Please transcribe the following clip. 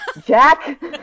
Jack